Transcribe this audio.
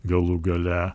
galų gale